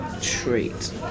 treat